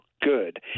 good